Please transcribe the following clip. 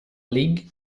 league